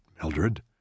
Mildred